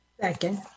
Second